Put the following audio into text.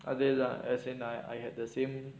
அதேதான்:athaethaan as in I I had the same